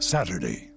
Saturday